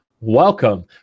welcome